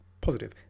positive